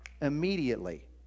immediately